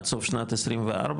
עד סוף שנת 24,